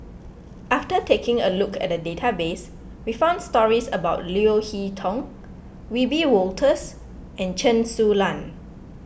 after taking a look at the database we found stories about Leo Hee Tong Wiebe Wolters and Chen Su Lan